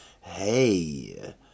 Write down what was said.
hey